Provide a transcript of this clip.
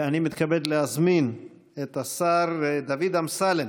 אני מתכבד להזמין את השר דוד אמסלם